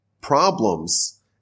problems